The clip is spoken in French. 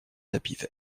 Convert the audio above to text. tapis